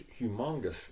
humongous